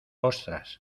ostras